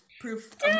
proof